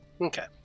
Okay